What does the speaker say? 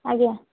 ଆଜ୍ଞା